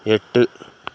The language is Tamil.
எட்டு